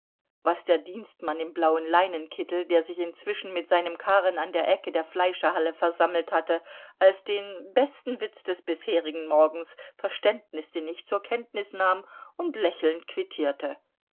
was der dienstmann im blauen leinenkittel der sich inzwischen mit seinem karren an der ecke der fleischerhalle versammelt hatte als den besten witz des bisherigen morgens verständnisinnig zur kenntnis nahm und lächelnd quittierte